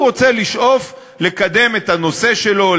הוא שואף לקדם את הנושא שלו,